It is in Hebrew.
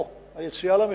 פה, היציאה למכרז,